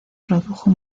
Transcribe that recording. produjo